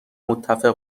متفق